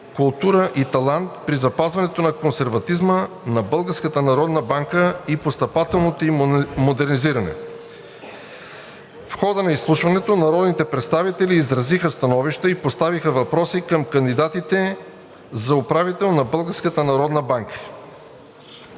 „култура и талант“ при запазването на консерватизма на Българската народна банка и постъпателното ѝ модернизиране. В хода на изслушването народните представители изразиха становища и поставиха въпроси към кандидатите за управител на